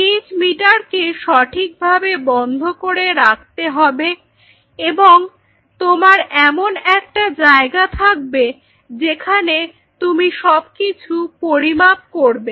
pH মিটারকে সঠিকভাবে বন্ধ করে রাখতে হবে এবং তোমার এমন একটা জায়গা থাকবে যেখানে তুমি সবকিছু পরিমাপ করবে